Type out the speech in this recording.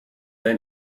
ein